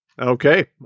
Okay